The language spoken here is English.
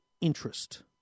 interest